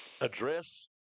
address